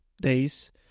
days